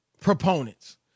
proponents